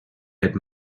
had